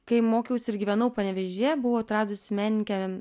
kai mokiausi ir gyvenau panevėžyje buvau atradusi menininkę